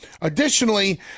Additionally